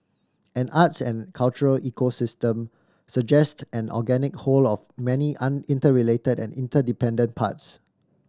an arts and cultural ecosystem suggest an organic whole of many interrelated and interdependent parts